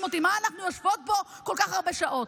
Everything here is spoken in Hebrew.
אותי מה אנחנו יושבות פה כל כך הרבה שעות.